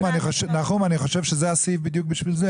אני חושב שהסעיף הזה הוא בדיוק לשם כך.